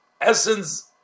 essence